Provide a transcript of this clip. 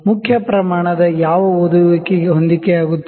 main scale ನ ಯಾವ reading ಗೆ ಹೊಂದಿಕೆಯಾಗುತ್ತಿದೆ